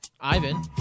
Ivan